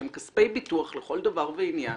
שהם כספי ביטוח לכל דבר ועניין,